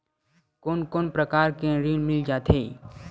कोन कोन प्रकार के ऋण मिल जाथे?